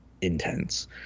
intense